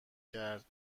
کرد